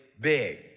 big